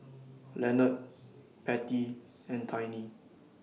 Lenord Pattie and Tiny